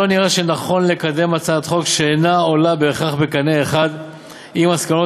לא נראה שנכון לקדם הצעת חוק שאינה עולה בהכרח בקנה אחד עם הסכמות